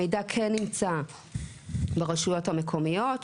המידע כן נמצא ברשויות המקומיות,